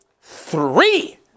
three